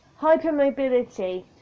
hypermobility